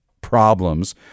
problems